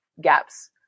gaps